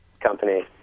company